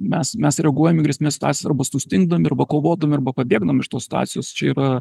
mes mes reaguojam į grėsmės situacijas arba sustingdami arba kovodami arba pabėgdami iš tos situacijos čia yra